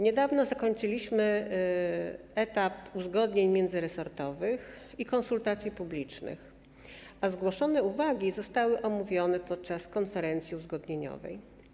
Niedawno zakończyliśmy etap uzgodnień międzyresortowych i konsultacji publicznych, a zgłoszone uwagi zostały omówione podczas konferencji uzgodnieniowej.